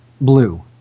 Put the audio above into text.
blue